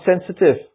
sensitive